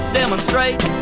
demonstrate